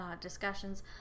discussions